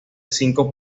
cinco